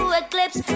eclipse